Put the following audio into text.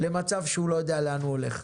למצב שהוא לא יודע לאן הוא הולך.